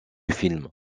film